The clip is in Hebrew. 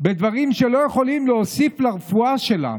בדברים שלא יכולים להוסיף לרפואה שלנו,